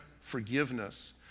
forgiveness